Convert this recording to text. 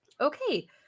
Okay